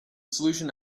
solution